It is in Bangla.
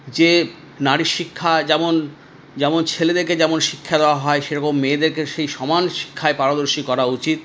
যে নারীর শিক্ষা যেমন যেমন ছেলেদেরকে যেমন শিক্ষা দেওয়া হয় সেরকম মেয়েদেরকে সেই সমান শিক্ষায় পারদর্শী করা উচিত